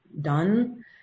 done